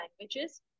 languages